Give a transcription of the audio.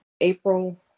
April